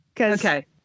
Okay